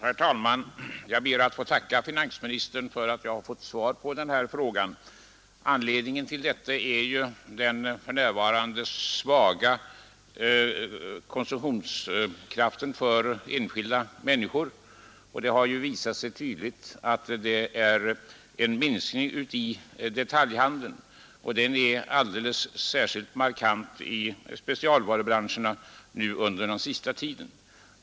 Herr talman! Jag ber att få tacka finansministern för att jag har fått svar på frågan. Anledningen till att jag ställde den är den svaga konsumtionskraften för närvarande hos enskilda människor. Den har tydligt visat sig i omsättningsminskning i detaljhandeln, alldeles särkilt markant under den senaste tiden i specialvarubranscherna.